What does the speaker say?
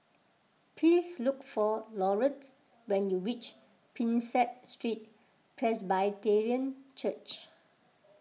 please look for Laurette when you reach Prinsep Street Presbyterian Church